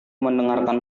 mendengarkan